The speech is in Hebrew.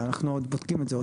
אנחנו עוד בודקים את זה.